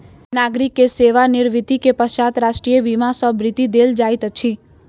नागरिक के सेवा निवृत्ति के पश्चात राष्ट्रीय बीमा सॅ वृत्ति देल जाइत अछि